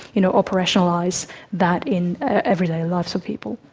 you know, operationalise that in everyday lives of people.